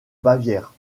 bavière